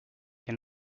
que